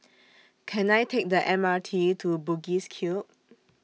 Can I Take The M R T to Bugis Cube